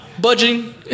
budging